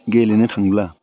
गेलेनो थांब्ला